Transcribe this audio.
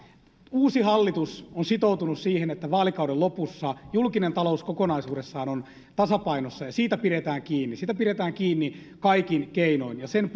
uusi hallitus on sitoutunut siihen että vaalikauden lopussa julkinen talous kokonaisuudessaan on tasapainossa ja siitä pidetään kiinni siitä pidetään kiinni kaikin keinoin ja sen